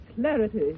clarity